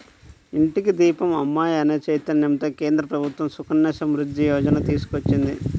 ఇంటికి దీపం అమ్మాయి అనే చైతన్యంతో కేంద్ర ప్రభుత్వం సుకన్య సమృద్ధి యోజన తీసుకొచ్చింది